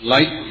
Light